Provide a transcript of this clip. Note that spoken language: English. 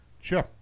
Sure